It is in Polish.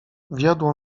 wiodło